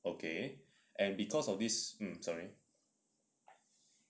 okay and because of this mm sorry